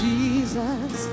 Jesus